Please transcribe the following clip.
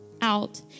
out